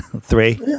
three